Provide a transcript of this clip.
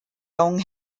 long